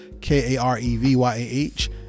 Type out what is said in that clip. K-A-R-E-V-Y-A-H